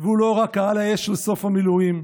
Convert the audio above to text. והוא לא רק העל האש בסוף המילואים,